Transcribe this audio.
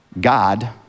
God